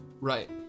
Right